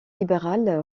libéral